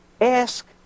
ask